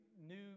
new